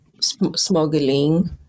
smuggling